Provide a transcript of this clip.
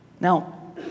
Now